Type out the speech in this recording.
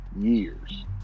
years